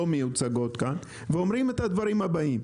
מיוצגות כאן ואומרים את הדברים הבאים.